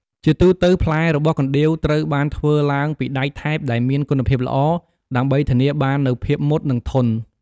ជាទូទៅ ផ្លែរបស់កណ្ដៀវត្រូវបានធ្វើឡើងពីដែកថែបដែលមានគុណភាពល្អ ដើម្បីធានាបាននូវភាពមុត និងធន់។